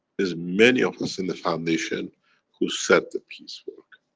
is many of us in the foundation who's set the peace work.